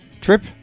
trip